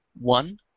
One